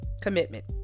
Commitment